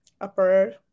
upper